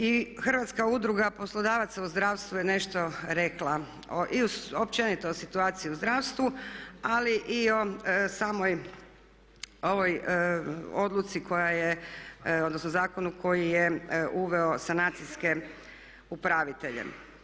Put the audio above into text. I Hrvatska udruga poslodavaca u zdravstvu je nešto rekla i općenito o situaciji u zdravstvu, ali i o samoj ovoj odluci koja je, odnosno zakonu koji je uveo sanacijske upravitelje.